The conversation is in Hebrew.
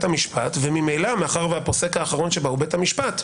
המשפט וממילא מאחר שהפוסק האחרון שבה הוא בית המשפט,